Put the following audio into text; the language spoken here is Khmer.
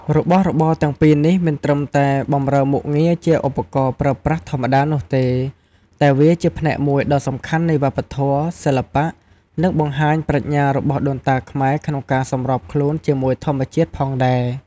របស់របរទាំងពីរនេះមិនត្រឹមតែបម្រើមុខងារជាឧបករណ៍ប្រើប្រាស់ធម្មតានោះទេ តែវាជាផ្នែកមួយដ៏សំខាន់នៃវប្បធម៌ សិល្បៈ និងបង្ហាញប្រាជ្ញារបស់ដូនតាខ្មែរក្នុងការសម្របខ្លួនជាមួយធម្មជាតិផងដែរ។